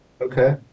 Okay